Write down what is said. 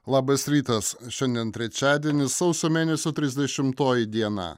labas rytas šiandien trečiadienis sausio mėnesio trisdešimtoji diena